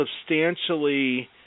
substantially